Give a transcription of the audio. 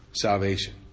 salvation